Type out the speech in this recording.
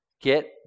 Get